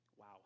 Wow